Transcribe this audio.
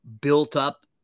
built-up